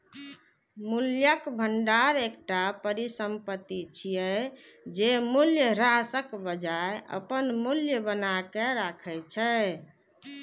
मूल्यक भंडार एकटा परिसंपत्ति छियै, जे मूल्यह्रासक बजाय अपन मूल्य बनाके राखै छै